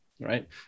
right